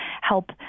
help